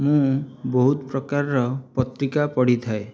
ମୁଁ ବହୁତ ପ୍ରକାରର ପତ୍ରିକା ପଢ଼ିଥାଏ